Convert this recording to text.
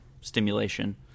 stimulation